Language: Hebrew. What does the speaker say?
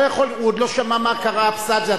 הוא עוד לא שמע מה קראה אבסדזה,